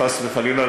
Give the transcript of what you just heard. חס וחלילה,